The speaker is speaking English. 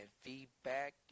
feedback